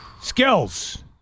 Skills